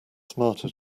smarter